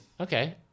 Okay